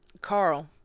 Carl